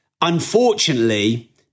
unfortunately